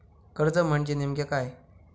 कर्ज म्हणजे नेमक्या काय?